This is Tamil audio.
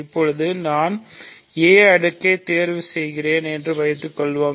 இப்போது நான் a அடுக்கு யைத் தேர்வு செய்கிறேன் என்று வைத்துக்கொள்வோம்